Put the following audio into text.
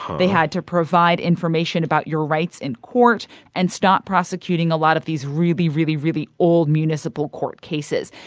they had to provide information about your rights in court and stop prosecuting a lot of these really, really, really old municipal court cases.